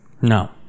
No